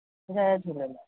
Jay Jhulelal